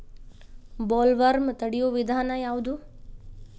Bollworm ತಡಿಯು ವಿಧಾನ ಯಾವ್ದು?